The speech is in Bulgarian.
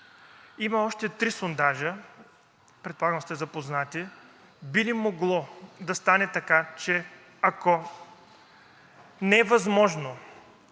Има още три сондажа – предполагам, сте запознат. Би ли могло да стане така, че ако не е възможно